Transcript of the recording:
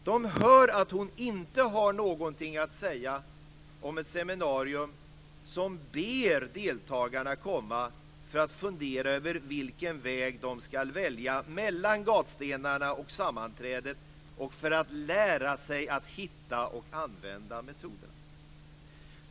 Det hör att hon inte har någonting att säga om ett seminarium där man ber deltagarna att komma för att fundera över vilken väg som de ska välja mellan gatstenarna och sammanträdet och för att lära sig att hitta och använda metoderna.